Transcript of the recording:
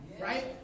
right